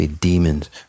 demons